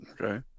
Okay